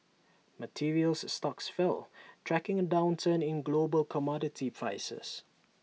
materials stocks fell tracking A downturn in global commodity prices